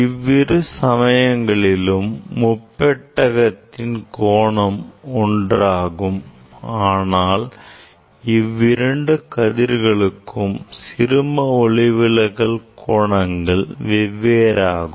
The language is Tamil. இவ்விரு சமயங்களிலும் படிக முப்பெட்டகத்தின் கோணம் ஒன்றாகும் ஆனால் இவ்விரண்டு கதிர்களுக்கும் சிறும ஒளிவிலகல் கோணங்கள் வெவ்வேறாகும்